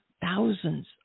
thousands